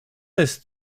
jest